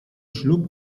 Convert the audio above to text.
ślub